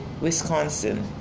Wisconsin